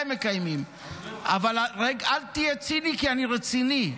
הוא מדבר --- אל תהיה ציני, כי אני רציני.